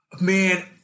Man